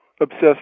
obsessed